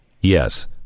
Yes